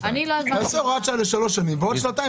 נעשה הוראת שעה לשלוש שנים, ועוד שנתיים.